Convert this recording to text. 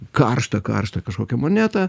karštą karštą kažkokią monetą